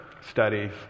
studies